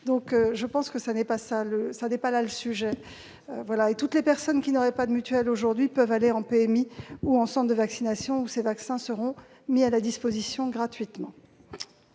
! Le sujet n'est donc pas là. Et toutes les personnes qui n'auraient pas de mutuelle, aujourd'hui, peuvent aller en PMI ou en centre de vaccination, où ces vaccins seront mis à disposition gratuitement.